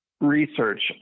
research